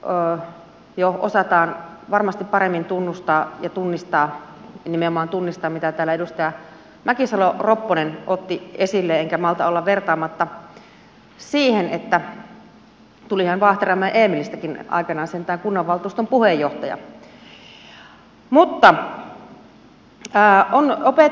erilaiset oppijat osataan jo varmasti paremmin tunnustaa ja tunnistaa nimenomaan tunnistaa mitä täällä edustaja mäkisalo ropponen otti esille enkä malta olla vertaamatta siihen että tulihan vaahteramäen eemelistäkin aikanaan sentään kunnanvaltuuston puheenjohtaja